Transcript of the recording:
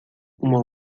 uma